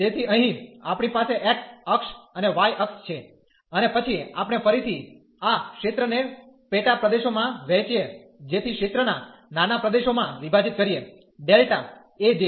તેથી અહીં આપણી પાસે x અક્ષ અને y અક્ષ છે અને પછી આપણે ફરીથી આ ક્ષેત્રને પેટા પ્રદેશો માં વહેંચીએ જેથી ક્ષેત્ર ના નાના પ્રદેશો માં વિભાજીત કરીએ Δ A j